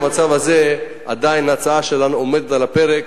במצב הזה עדיין ההצעה שלנו עומדת על הפרק.